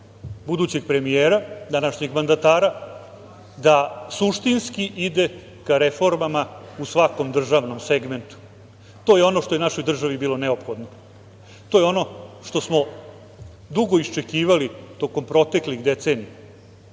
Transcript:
budućeg premijera, današnjeg mandatara, da suštinski ide ka reformama u svakom državnom segmentu. To je ono što je našoj državi bilo neophodno, to je ono što smo dugo iščekivali tokom proteklih decenija.